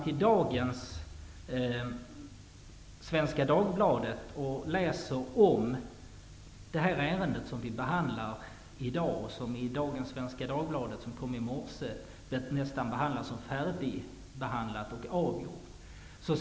I Svenska Dagbladet från i morse framställs det ärende som vi nu diskuterar som nästan färdigbehandlat och avgjort.